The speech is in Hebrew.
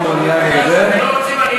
אינו מעוניין לדבר.